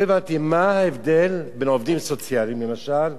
לא הבנתי, מה ההבדל בין עובדים סוציאליים, למשל,